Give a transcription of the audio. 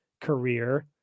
career